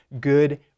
good